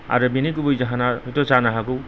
आरो बेनि गुबै जाहोना हयत' जानो हागौ